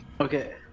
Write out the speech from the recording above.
Okay